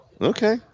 Okay